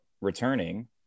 returning